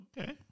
Okay